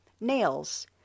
Nails